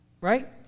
right